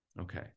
Okay